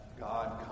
God